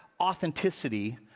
authenticity